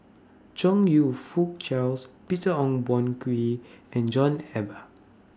Chong YOU Fook Charles Peter Ong Boon Kwee and John Eber